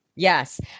Yes